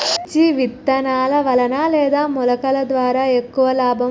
మిర్చి విత్తనాల వలన లేదా మొలకల ద్వారా ఎక్కువ లాభం?